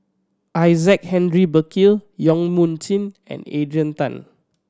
Isaac Henry Burkill Yong Mun Chee and Adrian Tan